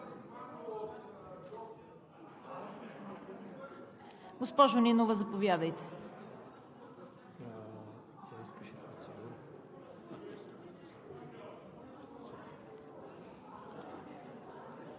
Госпожо Нинова, заповядайте.